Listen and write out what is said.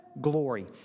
glory